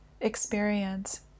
experience